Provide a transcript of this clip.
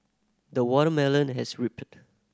the watermelon has ripened